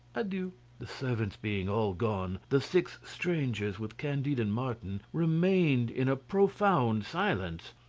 adieu. the servants being all gone, the six strangers, with candide and martin, remained in a profound silence.